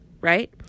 right